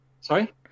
Sorry